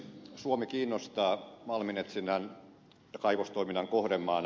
suomi kiinnostaa malminetsinnän ja kaivostoiminnan kohdemaana